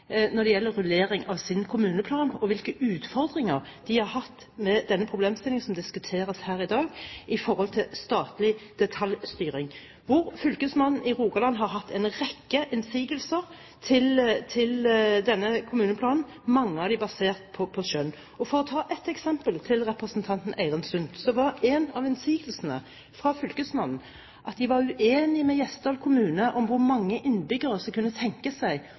når det gjelder rullering av sin kommuneplan, og hvilke utfordringer de har hatt med den problemstillingen som diskuteres her i dag, med hensyn til statlig detaljstyring. Fylkesmannen i Rogaland har hatt en rekke innsigelser til denne kommuneplanen – mange av dem basert på skjønn. For å ta ett eksempel – til representanten Eirin Sund: En av innsigelsene fra fylkesmannen var at man var uenig med Gjesdal kommune om hvor mange innbyggere som kunne tenke seg